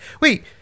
wait